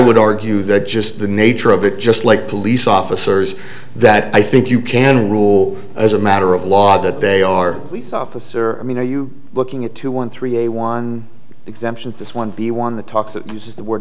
would argue that just the nature of it just like police officers that i think you can rule as a matter of law that they are we saw officer i mean are you looking at two one three a one exemptions this one b one the talks that uses the word